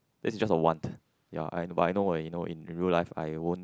that's just a want ya and but I know uh know in real life I won't